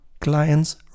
clients